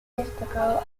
destacado